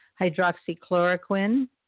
hydroxychloroquine